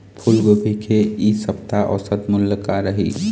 फूलगोभी के इ सप्ता औसत मूल्य का रही?